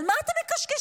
על מה אתם מקשקשים?